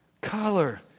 color